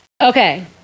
Okay